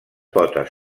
potes